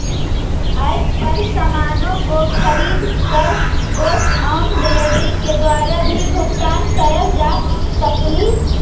app पर सामानों को खरीद कर कैश ऑन डिलीवरी के द्वारा भी भुगतान करल जा सकलई